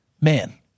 man